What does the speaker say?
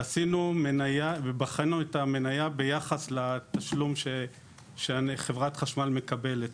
ועשינו מניה ובחנו את המניה ביחס לתשלום שחברת חשמל מקבלת.